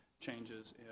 changes